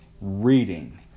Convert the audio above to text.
reading